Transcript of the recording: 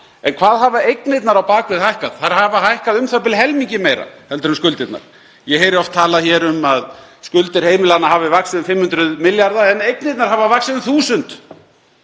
En hvað hafa eignirnar á bak við hækkað? Þær hafa hækkað u.þ.b. helmingi meira en skuldirnar. Ég heyri oft talað hér um að skuldir heimilanna hafi vaxið um 500 milljarða en eignirnar hafa vaxið um